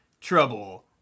trouble